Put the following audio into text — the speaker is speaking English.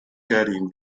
garden